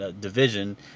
division